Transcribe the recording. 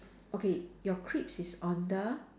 okay your crisps is on the